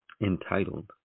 entitled